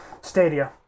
Stadia